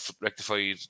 rectified